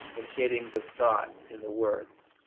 and shadings of thought in the words.